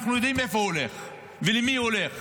אנחנו יודעים לאיפה הוא הולך ולמי הוא הולך